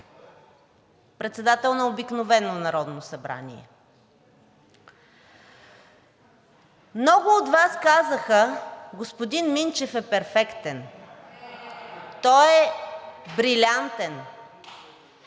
председател на обикновено Народно събрание. Много от Вас казаха, че господин Минчев е перфектен, той е брилянтен.